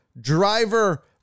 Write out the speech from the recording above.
Driver